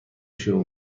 شروع